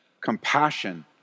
Compassion